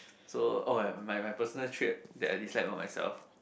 so oh my my personal trait that I dislike on myself